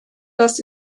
das